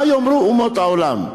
מה יאמרו אומות העולם.